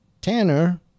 Tanner